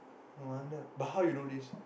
no wonder but how you know this